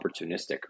opportunistic